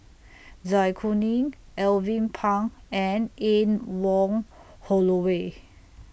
Zai Kuning Alvin Pang and Anne Wong Holloway